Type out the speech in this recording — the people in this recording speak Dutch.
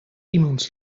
iemands